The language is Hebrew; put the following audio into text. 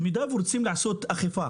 ואם רוצים לאכוף,